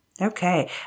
Okay